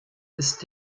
ist